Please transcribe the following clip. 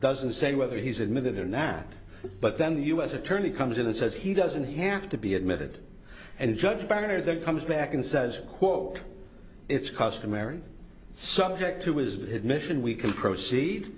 doesn't say whether he's admitted or now but then the u s attorney comes in and says he doesn't have to be admitted and judged banner that comes back and says quote it's customary subject to his admission we can proceed